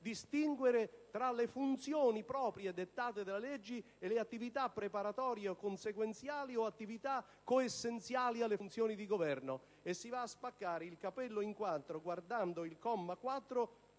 distinguere tra le funzioni proprie dettate dalle leggi e le attività preparatorie, consequenziali o coessenziali alle funzioni di governo. Si va piuttosto a spaccare il capello in quattro analizzando il comma 4